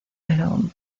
pero